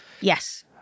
Yes